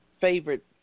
favorite